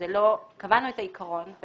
אבל קבענו את העיקרון,